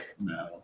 No